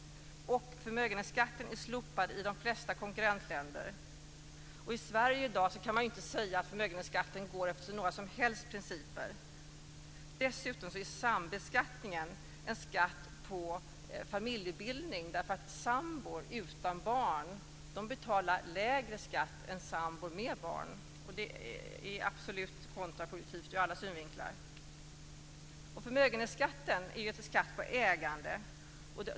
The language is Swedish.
Förmögenhetsskatten är slopad i de flesta konkurrentländer. I Sverige i dag kan man inte säga att förmögenhetsskatten går efter några som helst principer. Dessutom är sambeskattningen en skatt på familjebildning. Sambor utan barn betalar ju lägre skatt än sambor med barn. Det är absolut kontraproduktivt, ur alla synvinklar. Förmögenhetsskatten är en skatt på ägande.